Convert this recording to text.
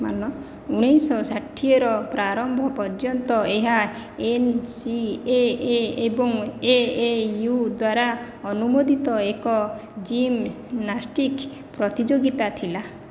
ମାରୁନ ଉଣେଇଶ ଶହ ଷାଠିଏର ପ୍ରାରମ୍ଭ ପର୍ଯ୍ୟନ୍ତ ଏହା ଏନ୍ ସି ଏ ଏ ଏବଂ ଏ ଏ ୟୁ ଦ୍ୱାରା ଅନୁମୋଦିତ ଏକ ଜିମ୍ନାଷ୍ଟିକ୍ ପ୍ରତିଯୋଗିତା ଥିଲା